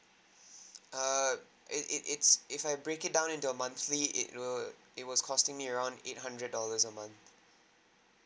err it it it's if I break it down into a monthly it will it will cost me around eight hundred dollars a month